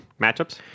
Matchups